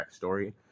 backstory